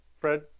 Fred